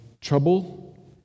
trouble